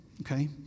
Okay